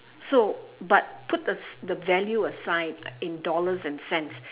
so but put the the value aside in dollars and cents